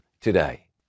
today